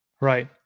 Right